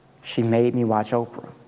she made me watch oprah.